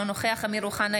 אינו נוכח אמיר אוחנה,